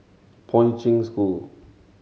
Poi Ching School